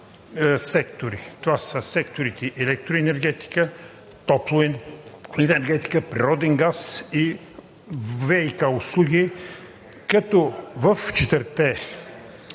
Това са секторите: електроенергетика, топлоенергетика, природен газ и ВиК услуги, като в четирите